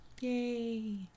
Yay